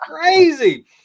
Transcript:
crazy